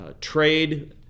trade